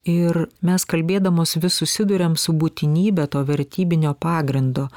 ir mes kalbėdamos vis susiduriam su būtinybe to vertybinio pagrindo